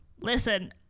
listen